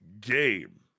game